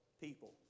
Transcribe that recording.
People